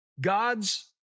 God's